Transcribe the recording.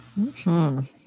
-hmm